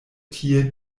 tie